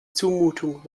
zumutung